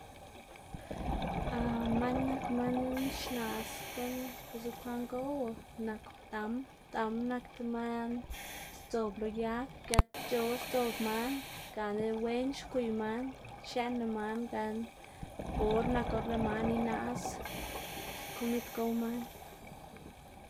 man nak man xnaꞌs guꞌn biꞌltsa bekwaꞌn goꞌwlá nak dam, dam nak tib man sdzob lo yag gëtc̲h̲o sdzob man gana wen xgwiy man, xieꞌnna man gan bo or nak or lëꞌ man inaꞌs komid gow man.